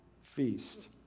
feast